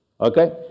Okay